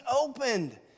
opened